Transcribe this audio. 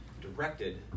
directed